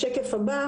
בשקף הבא